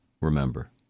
remember